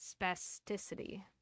spasticity